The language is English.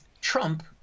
Trump